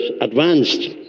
advanced